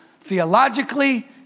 Theologically